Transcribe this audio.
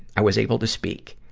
i was able to speak.